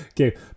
Okay